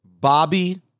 bobby